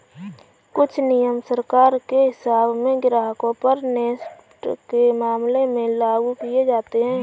कुछ नियम सरकार के हिसाब से ग्राहकों पर नेफ्ट के मामले में लागू किये जाते हैं